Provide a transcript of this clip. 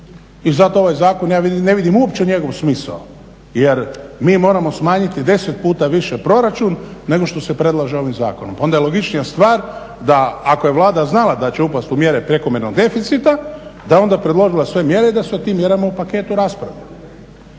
I zato ovaj zakon ja ne vidim uopće njegov smisao jer mi moramo smanjiti 10 puta više proračun nego što se predlaže ovim zakonom. Pa onda je logičnija stvar da ako je Vlada znala da će upast u mjere prekomjernog deficita da je onda predložila sve mjere i da se o tim mjerama u paketu raspravlja.